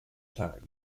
time